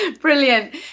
brilliant